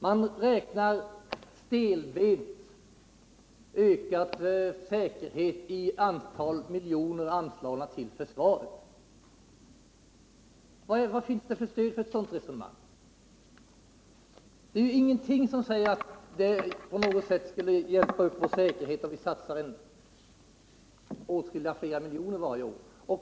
Man räknar stelbent den ökade säkerheten i antalet miljoner kronor anslagna till försvaret. Vilket stöd finns för ett sådant resonemang? Ingenting säger att det på något sätt skulle hjälpa upp vår säkerhet, om vi satsar flera miljoner kronor varje år.